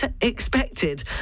expected